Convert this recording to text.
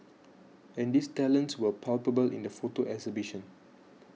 and these talents were palpable in the photo exhibition